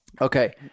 okay